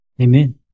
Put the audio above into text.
Amen